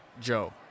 Joe